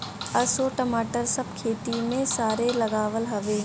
असो टमाटर सब खेते में सरे लागल हवे